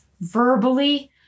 verbally